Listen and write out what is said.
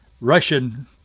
Russian